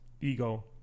ego